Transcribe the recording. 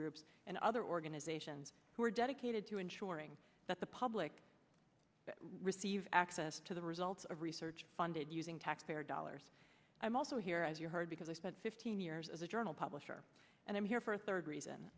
groups and other organizations who are dedicated to ensuring that the public receive access to the results of research funded using taxpayer dollars i'm also here as you heard because i spent fifteen years as a journal publisher and i'm here for a third reason